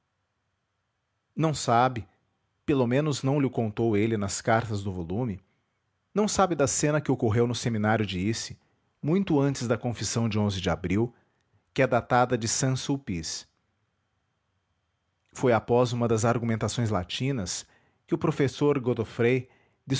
não sabe pelo menos não lho contou ele nas cartas do volume não sabe da cena que ocorreu no seminário de issy muito antes da confissão de de abril que é datada de saint sulpice foi após uma das argumentações latinas que o professor